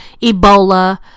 Ebola